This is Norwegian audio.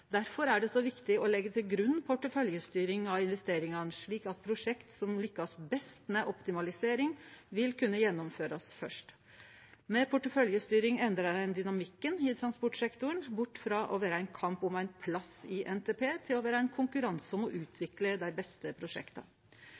Derfor er det så viktig å leggje til grunn porteføljestyring av investeringane, slik at prosjekt som lykkast best med optimalisering, vil kunne gjennomførast først. Med porteføljestyring endrar ein dynamikken i transportsektoren bort frå å vere ein kamp om ein plass i NTP til å vere ein konkurranse om å utvikle dei beste prosjekta.